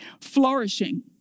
flourishing